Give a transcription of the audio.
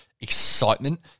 excitement